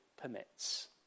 permits